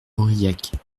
aurillac